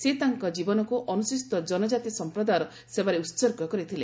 ସେ ତାଙ୍କ ଜୀବନକୁ ଅନୁସୂଚିତ କନକାତି ସଂପ୍ରଦାୟର ସେବାରେ ଉତ୍ସର୍ଗ କରିଥିଲେ